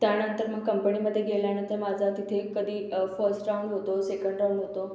त्यानंतर मग कंपणीमध्ये गेल्यानंतर माझा तिथे कधी फस्ट राऊंड होतो सेकंड राऊंड होतो